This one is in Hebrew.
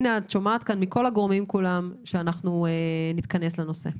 את שומעת כאן מכל הגורמים שאנחנו נתכנס לנושא.